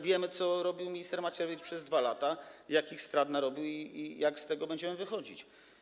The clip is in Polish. Wiemy, co robił minister Macierewicz przez 2 lata, jakich strat narobił i jak z tego będziemy wychodzić.